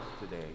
today